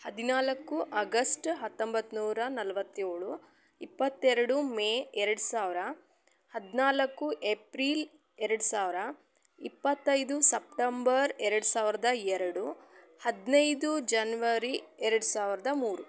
ಹದಿನಾಲ್ಕು ಅಗಸ್ಟ್ ಹತ್ತೊಂಬತ್ನೂರ ನಲ್ವತ್ತೇಳು ಇಪ್ಪತ್ತೆರಡು ಮೇ ಎರಡು ಸಾವಿರ ಹದಿನಾಲ್ಕು ಎಪ್ರೀಲ್ ಎರಡು ಸಾವಿರ ಇಪ್ಪತ್ತೈದು ಸಪ್ಟಂಬರ್ ಎರಡು ಸಾವಿರದ ಎರಡು ಹದಿನೈದು ಜನ್ವರಿ ಎರಡು ಸಾವಿರದ ಮೂರು